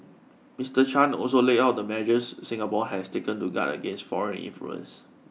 Mister Chan also laid out the measures Singapore has taken to guard against foreign influence